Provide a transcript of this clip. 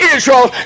Israel